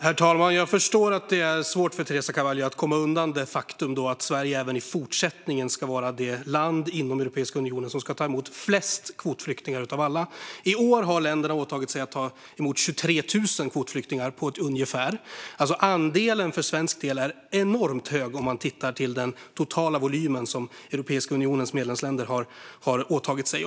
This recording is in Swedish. Herr talman! Jag förstår att det är svårt för Teresa Carvalho att komma undan det faktum att Sverige även i fortsättningen ska vara det land inom Europeiska unionen som tar emot flest kvotflyktingar av alla. I år har länderna åtagit sig att ta emot 23 000 kvotflyktingar på ett ungefär. Andelen för svensk del är enormt hög om man ser till den totala volym som Europeiska unionens medlemsländer har åtagit sig.